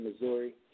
Missouri